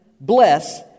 bless